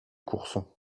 courson